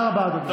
תודה רבה, אדוני.